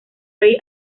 rey